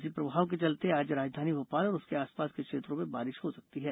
इसी प्रभाव के चलते आज राजधानी भोपाल और उसके आसपास के क्षेत्रों में बारिश हो सकती है